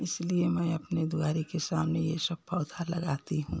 इसलिए मैं अपने दुआरे के सामने ये सब पौधा लगाती हूँ